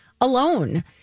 alone